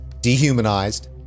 dehumanized